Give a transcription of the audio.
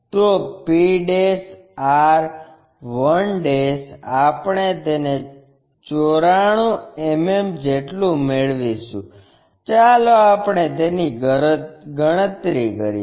તો p r 1 આપણે તેને 94 mm જેટલું મેળવીશું ચાલો આપણે તેની ગણતરી કરીએ